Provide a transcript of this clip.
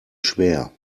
schwer